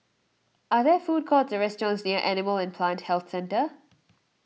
are there food courts or restaurants near Animal and Plant Health Centre